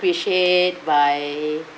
appreciate by